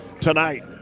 tonight